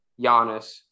Giannis